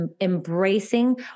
embracing